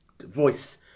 voice